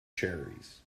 cherries